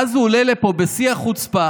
ואז הוא עולה לפה בשיא החוצפה,